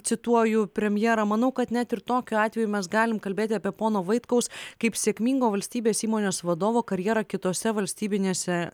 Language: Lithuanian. cituoju premjerą manau kad net ir tokiu atveju mes galim kalbėti apie pono vaitkaus kaip sėkmingo valstybės įmonės vadovo karjerą kitose valstybinėse